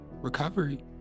recovery